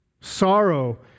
Sorrow